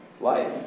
life